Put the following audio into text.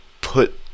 put